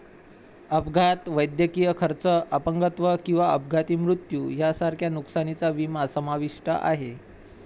अपघात, वैद्यकीय खर्च, अपंगत्व किंवा अपघाती मृत्यू यांसारख्या नुकसानीचा विमा समाविष्ट आहे